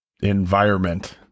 environment